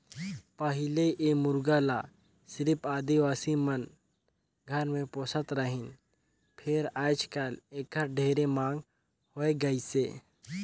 पहिले ए मुरगा ल सिरिफ आदिवासी मन घर मे पोसत रहिन फेर आयज कायल एखर ढेरे मांग होय गइसे